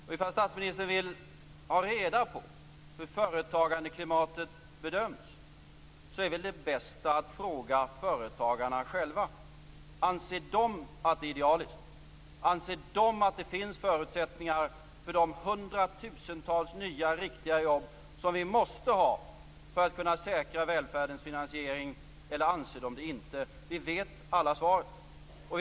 Om statsministern vill ha reda på hur företagandeklimatet bedöms är väl det bästa att fråga företagarna själva. Anser de att det är idealiskt? Anser de att det finns förutsättningar för de hundratusentals nya riktiga jobb som vi måste ha för att kunna säkra välfärdens finansiering eller anser de det inte? Vi vet alla svaret.